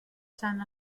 sant